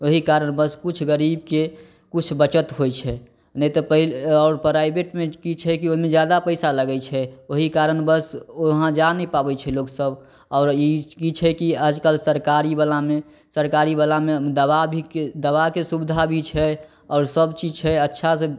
ओहि कारणबश किछु गरीबके किछु बचत होइ छै नहि तऽ पहिले आओर प्राइवेटमे की छै की ओहिमे जादा पैसा लगै छै ओहि कारणबश वहाँ जा नहि पाबै छै लोकसब आओर ई की छै कि आजकल सरकारी वलामे सरकारी वलामे दबा भीके दबाके सुबिधा भी छै आओर सब चीज छै अच्छा से